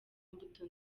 imbuto